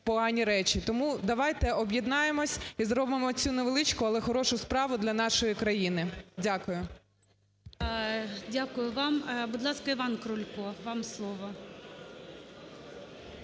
погані речі. Тому давайте об'єднаємось і зробимо цю невеличку, але хорошу справу для нашої країни. Дякую. ГОЛОВУЮЧИЙ. Дякую вам. Будь ласка, Іван Крулько, вам слово.